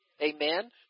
Amen